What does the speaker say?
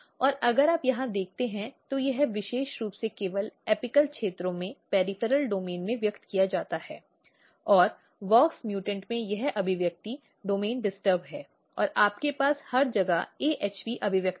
और अगर आप यहाँ देखते हैं तो यह विशेष रूप से केवल एपिक क्षेत्रों के पॅरिफ़ॅरॅल डोमेन में व्यक्त किया जाता है और WOX म्यूटेंट में यह अभिव्यक्ति डोमेन डिस्टर्ब है और आपके पास हर जगह AHP अभिव्यक्ति है